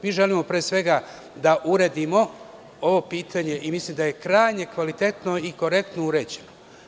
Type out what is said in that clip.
Mi želimo pre svega da uredimo ovo pitanje i mislim da je krajnje kvalitetno i korektno uređeno.